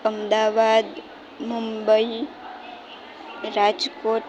Ahmedabad Mumbai Rajkot